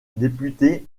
député